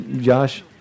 Josh